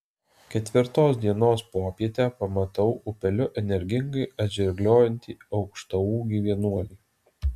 ketvirtos dienos popietę pamatau upeliu energingai atžirgliojantį aukštaūgį vienuolį